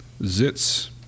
Zitz